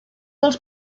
els